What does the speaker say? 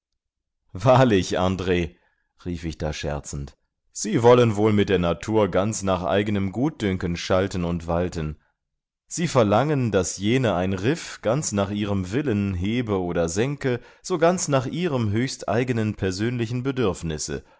wahrlich andr rief ich da scherzend sie wollen wohl mit der natur ganz nach eigenem gutdünken schalten und walten sie verlangen daß jene ein riff ganz nach ihrem willen hebe oder senke so ganz nach ihrem höchsteigenen persönlichen bedürfnisse